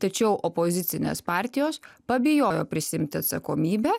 tačiau opozicinės partijos pabijojo prisiimti atsakomybę